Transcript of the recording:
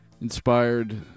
inspired